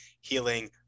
healing